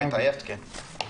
אם התעייפת, כן.